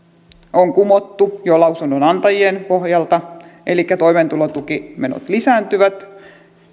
on kumottu jo lausunnonantajien pohjalta elikkä toimeentulotukimenot lisääntyvät